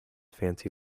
fancy